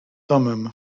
thummim